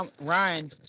Ryan